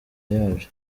yabyo